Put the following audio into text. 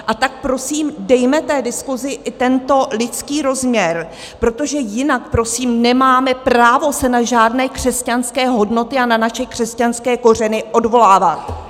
A tak prosím, dejme té diskusi i tento lidský rozměr, protože jinak, prosím, nemáme právo se na žádné křesťanské hodnoty a na naše křesťanské kořeny odvolávat.